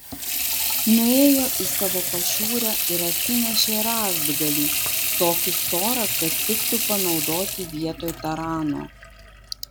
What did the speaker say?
nuėjo į savo pašiūrę ir atsinešė rąstgalį tokį storą kad tiktų panaudoti vietoj tarano